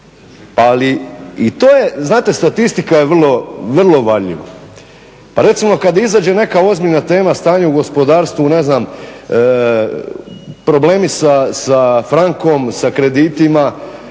ali i to je znate statistika je vrlo varljiva. Pa recimo kad izađe neka ozbiljna tema, stanje u gospodarstvu, ne znam problemi sa frankom, sa kreditima